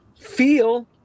feel